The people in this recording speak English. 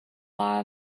law